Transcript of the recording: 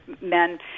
men